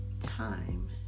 Time